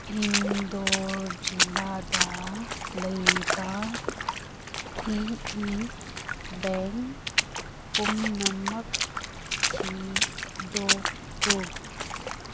ꯏꯟꯗꯣꯔ ꯖꯤꯂꯥꯗ ꯂꯩꯕ ꯏ ꯏ ꯕꯦꯡ ꯄꯨꯝꯅꯃꯛ ꯊꯤꯗꯣꯛꯎ